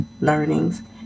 learnings